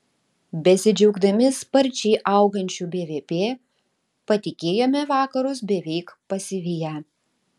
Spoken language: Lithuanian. besidžiaugdami sparčiai augančiu bvp patikėjome vakarus beveik pasiviję